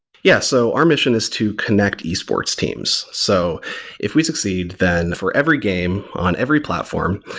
yeah. so our mission is to connect esports teams. so if we succeed, then for every game on every platform,